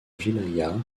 wilaya